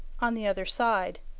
on the other side.